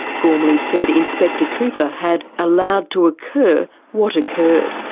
gormly said inspector cooper had allowed to occur what occurred.